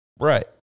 Right